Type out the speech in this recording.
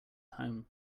home